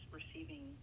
receiving